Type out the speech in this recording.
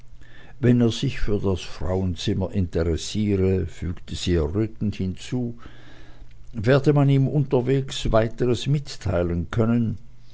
wenn er sich für das frauenzimmer interessiere fügte sie errötend hinzu werde man ihm unterwegs weiteres mitteilen können